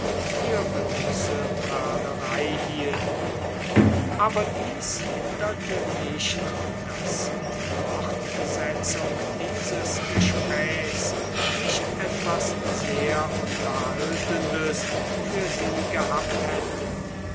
für bloße prahlerei hielten aber dies hinderte nicht daß die fortsetzung dieses gesprächs nicht etwas sehr unterhaltendes für sie gehabt hätte